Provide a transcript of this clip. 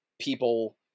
people